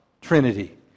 Trinity